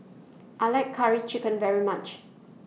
I like Curry Chicken very much